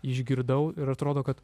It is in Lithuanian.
išgirdau ir atrodo kad